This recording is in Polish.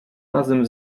razem